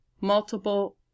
multiple